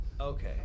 Okay